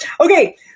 Okay